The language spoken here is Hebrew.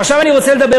ועכשיו אני רוצה לדבר,